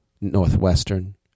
Northwestern